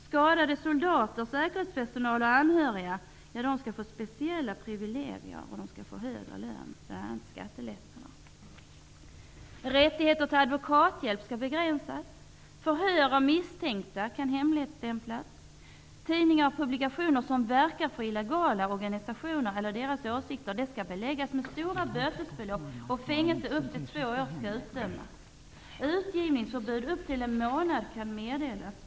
Skadade soldater, säkerhetspersonal och deras anhöriga får speciella privilegier och högre lön, bl.a. med hjälp av skattelättnader. ''Rättigheter till advokathjälp begränsas. Förhör av misstänkta kan hemligstämplas. Tidningar och publikationer som verkar för illegala organisationer eller deras åsikter skall beläggas med stora bötesbelopp och fängelse upp till två år skall utdömas. Utgivningsförbud upp till en månad kan meddelas.